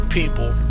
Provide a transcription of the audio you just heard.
people